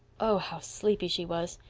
oh how sleepy she was!